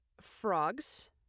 frogs